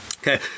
Okay